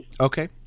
okay